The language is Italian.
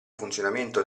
funzionamento